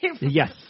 Yes